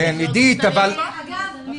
רוצה לעבור,